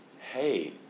hey